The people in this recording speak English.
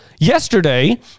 Yesterday